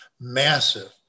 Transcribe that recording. massive